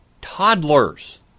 toddlers